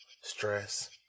stress